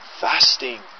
fasting